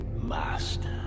master